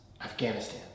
Afghanistan